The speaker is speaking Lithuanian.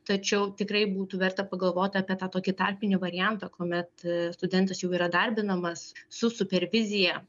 tačiau tikrai būtų verta pagalvoti apie tą tokį tarpinį variantą kuomet studentas jau yra darbinamas su supervizija